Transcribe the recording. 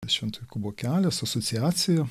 švento jokūbo kelias asociacija